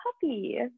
puppy